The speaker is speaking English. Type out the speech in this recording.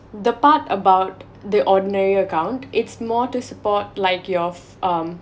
the part about the ordinary account it's more to support like yours um